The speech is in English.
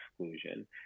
exclusion